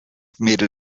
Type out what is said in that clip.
mädel